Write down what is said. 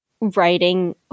writing